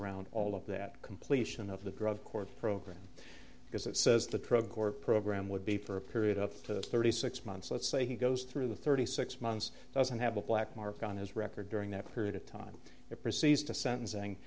around all of that completion of the grove court program because it says the program or program would be for a period of thirty six months let's say he goes through thirty six months doesn't have a black mark on his record during that period of time it proceeds to sentencing